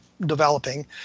developing